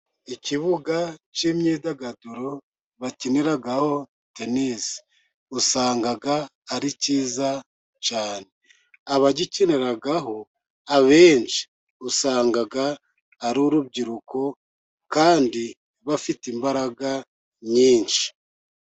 Ikibuga cy'imyidagaduro bakiniraho tenisi, usanga ari cyiza cyane abagikiniraho abenshi usanga ari urubyiruko, kandi bafite imbaraga nyinshi.